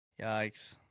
Yikes